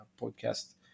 podcast